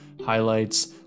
highlights